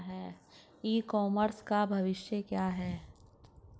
ई commerce का भविष्य क्या है?